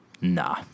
nah